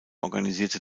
organisierte